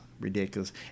ridiculous